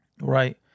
Right